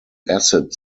acid